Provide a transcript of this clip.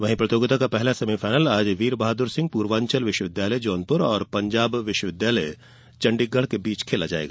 वहीं प्रतियोगिता का पहला सेमीफायनल वीरबहादुर सिंह पूर्वांचल विश्वविद्यालय जौनपुर और पंजाब विश्वविद्यालय चंडीगढ़ के बीच खेला जायेगा